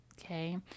Okay